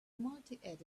multiedit